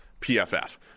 pff